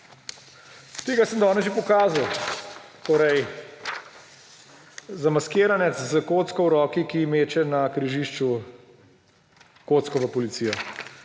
Tega sem danes že pokazal, zamaskiranec s kocko v roki, ki meče na križišču kocko v policijo.